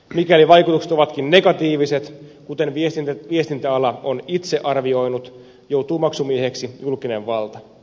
mikäli vaikutukset ovatkin negatiiviset kuten viestintäala on itse arvioinut joutuu maksumieheksi julkinen valta